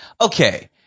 okay